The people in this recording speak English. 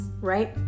right